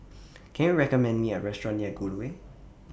Can YOU recommend Me A Restaurant near Gul Way